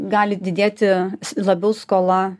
gali didėti labiau skola